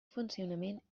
funcionament